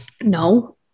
No